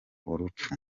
urupfu